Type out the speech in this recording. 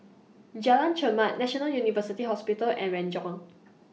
Jalan Chermat National University Hospital and Renjong